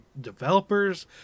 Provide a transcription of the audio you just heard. developers